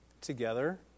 together